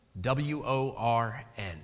W-O-R-N